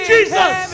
Jesus